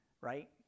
right